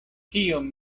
kiom